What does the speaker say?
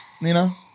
Nina